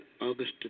August